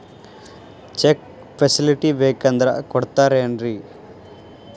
Check facility ಬೇಕಂದ್ರ ಕೊಡ್ತಾರೇನ್ರಿ?